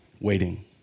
waiting